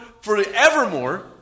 forevermore